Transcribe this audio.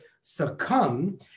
succumb